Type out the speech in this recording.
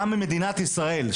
גם ממדינת ישראל,